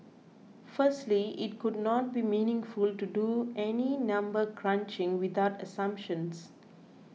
firstly it could not be meaningful to do any number crunching without assumptions